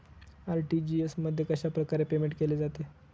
RTGS मध्ये कशाप्रकारे payment केले जाते?